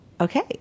okay